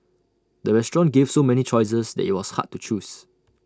the restaurant gave so many choices that IT was hard to choose